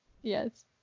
yes